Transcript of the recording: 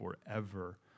forever